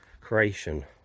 creation